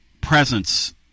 presence